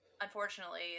Unfortunately